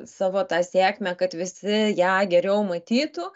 savo tą sėkmę kad visi ją geriau matytų